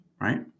right